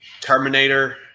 Terminator